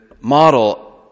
model